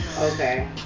Okay